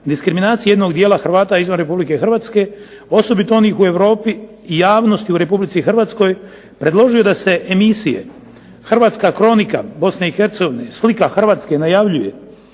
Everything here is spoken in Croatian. diskriminacije jednog dijela Hrvata izvan Republike Hrvatske, osobito onih u Europi i javnosti u Republici Hrvatskoj predložio da se emisije "Hrvatska kronika Bosne i Hercegovine", "Slika Hrvatske" najavljuje,